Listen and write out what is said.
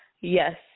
Yes